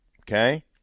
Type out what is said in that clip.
okay